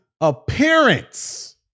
appearance